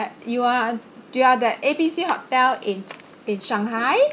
you are you are the A B C hotel in in shanghai